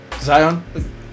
Zion